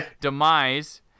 demise